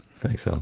thanks, alan.